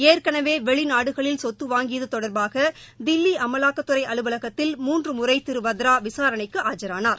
ஏற்கனவே வெளிநாடுகளில் சொத்து வாங்கியது தொடர்பாக தில்லி அமலாக்கத்துறை அலுவலகத்தில் மூன்று முறை திரு வத்ரா விசாரணைக்கு ஆஜரானார்